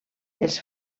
els